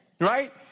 Right